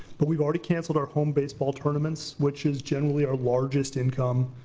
but we've already canceled our home baseball tournaments, which is generally our largest income.